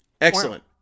excellent